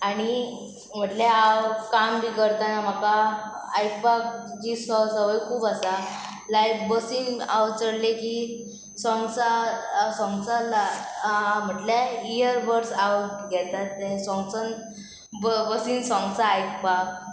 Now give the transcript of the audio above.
आनी म्हटलें हांव काम बी करतना म्हाका आयकपाक जी संवय खूब आसा लायक बसीन हांव चडलें की सोंग्स सोंग्स म्हटल्या इयरबड्स हांव घेतां ते सोंग्सान बसीन सोंग्सां आयकपाक